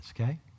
okay